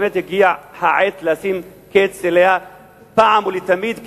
באמת הגיעה העת לשים לה קץ פעם אחת ולתמיד,